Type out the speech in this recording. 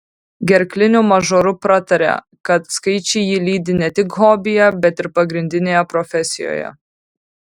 gerkliniu mažoru pratarė kad skaičiai jį lydi ne tik hobyje bet ir pagrindinėje profesijoje